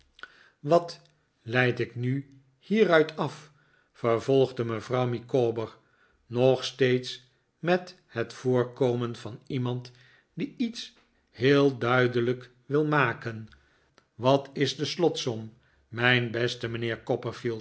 wat leid ik nu hieruit af vervolgde mevrouw micawber nog steeds met het voorkomen van iemand die iets heel duidelijk wil maken wat is de slotsom mijn beste mijnheer